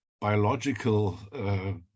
biological